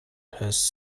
has